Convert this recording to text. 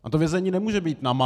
A to vězení nemůže být na Marsu.